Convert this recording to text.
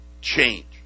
change